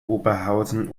oberhausen